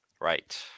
Right